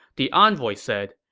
the envoy said,